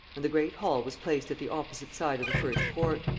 and the great hall was placed at the opposite side of the first court.